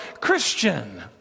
Christian